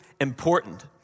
important